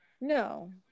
No